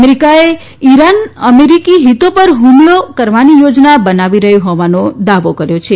અમેરીકાએ Iran અમેરીકી હિતો પર હુમલો કરવાની યોજના બનાવી રહયું હોવાનો દાવો કર્યો છે